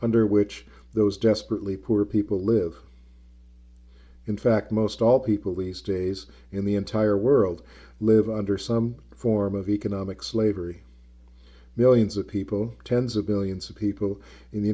under which those desperately poor people live in fact most all people leastways in the entire world live under some form of economic slavery millions of people tens of billions of people in the